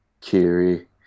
Kiri